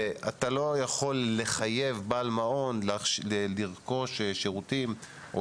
אתה לא יכול לחייב בעל מעון לרכוש שירותים או